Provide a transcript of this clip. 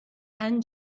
and